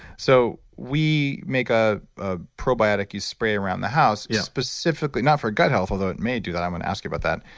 so we make a ah probiotic you spray around the house, yeah specifically, not for gut health although it may do that. i'm going to ask you about that.